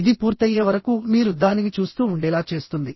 ఇది పూర్తయ్యే వరకు మీరు దానిని చూస్తూ ఉండేలా చేస్తుంది